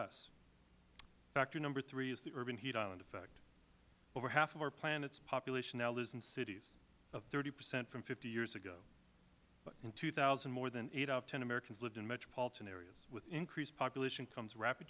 states factor number three is the urban heat island effect over half of our planet's population now lives in cities up thirty percent from fifty years ago in two thousand more than eight out of ten americans lived in metropolitan areas with increased population comes rapid